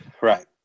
Right